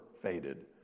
faded